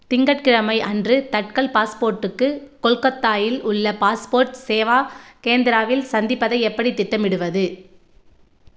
திங்கட்கிழமை அன்று தட்கல் பாஸ்போர்ட்டுக்கு கொல்கத்தாவில் உள்ள பாஸ்போர்ட் சேவா கேந்திராவில் சந்திப்பதை எப்படி திட்டமிடுவது